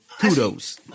kudos